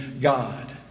God